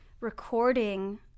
recording